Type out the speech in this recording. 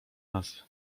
nas